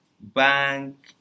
bank